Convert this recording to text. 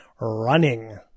Running